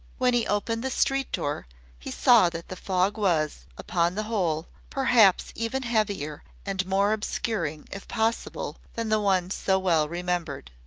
when he opened the street-door he saw that the fog was, upon the whole, perhaps even heavier and more obscuring, if possible, than the one so well remembered.